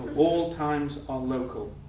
all times are local,